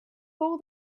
pull